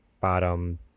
bottom